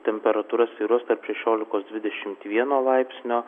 temperatūra svyruos tarp šešiolikos dvidešimt vieno laipsnio